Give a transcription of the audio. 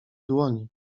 dłoni